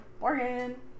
Morgan